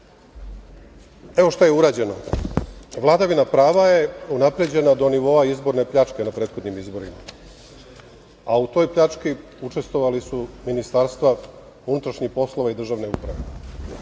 šta je urađeno. Vladavina prava je unapređena do nivoa izborne pljačke na prethodnim izborima, a u toj pljački učestvovali su ministarstva unutrašnjih poslova i državne uprave.